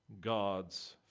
God's